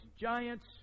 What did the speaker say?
giants